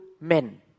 men